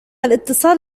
الإتصال